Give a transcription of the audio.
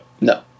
No